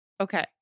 Okay